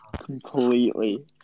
completely